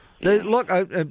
Look